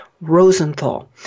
Rosenthal